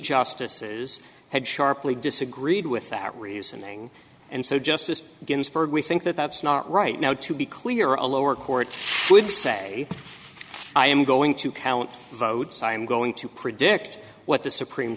justices had sharply disagreed with that reasoning and so justice ginsburg we think that that's not right now to be clear a lower court would say i am going to count votes i am going to predict what the supreme